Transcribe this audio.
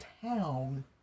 town